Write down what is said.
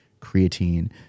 creatine